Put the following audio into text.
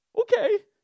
Okay